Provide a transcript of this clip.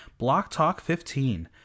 BLOCKTALK15